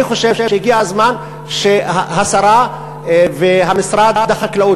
אני חושב שהגיע הזמן שהשרה ומשרד החקלאות